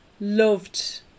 loved